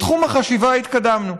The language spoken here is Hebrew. בתחום החשיבה התקדמנו.